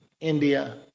India